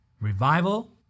Revival